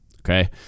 Okay